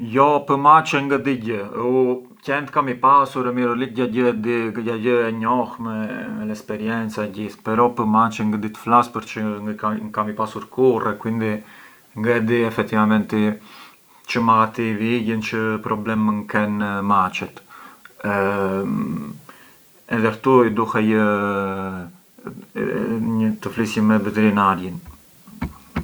Jo pë maçë ngë di gjë, u qent kam i pasur e mirë o likë gjagjë e di, gjagjë e njoh me l’esperienza e gjith, però pë’ maçet ngë di të flas përçë ngë kam i pasur kurrë, quindi effettivamenti ngë di çë mallati vijën, çë mallati mënd kenë maçet, edhe këtu i duhej të flisjëm me vitirinarjin.